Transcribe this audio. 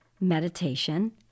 meditation